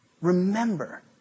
remember